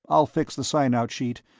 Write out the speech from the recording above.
i'll fix the sign-out sheet,